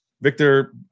Victor